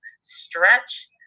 stretch